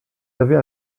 avez